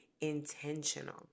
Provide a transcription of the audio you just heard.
intentional